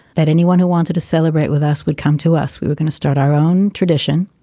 that anyone who wanted to celebrate with us would come to us. we were going to start our own tradition.